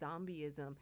zombieism